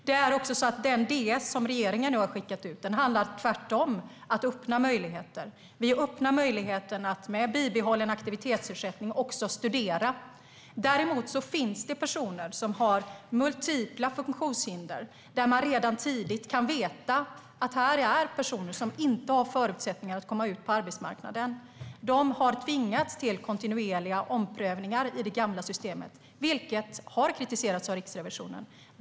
Den departementsskrivelse som regeringen nu har skickat ut handlar tvärtom om att öppna möjligheter. Vi öppnar för möjligheter att med bibehållen aktivitetsersättning också kunna studera. Däremot finns det personer som har multipla funktionshinder där man redan tidigt kan se att dessa personer inte har förutsättningar att komma ut på arbetsmarknaden. De har tvingats till kontinuerliga omprövningar i det gamla systemet, vilket har kritiserats av Riksrevisionen.